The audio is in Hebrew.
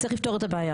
בשקף הבא